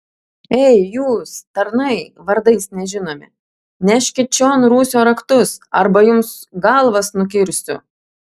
ei jūs tarnai vardais nežinomi neškit čion rūsio raktus arba jums galvas nukirsiu